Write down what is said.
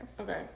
okay